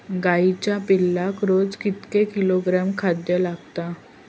गाईच्या पिल्लाक रोज कितके किलोग्रॅम खाद्य लागता?